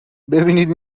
ببینید